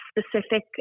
specific